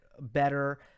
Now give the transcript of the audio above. better